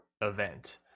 event